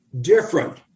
different